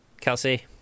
kelsey